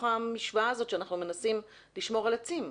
המשוואה הזאת שאנחנו מנסים לשמור על עצים.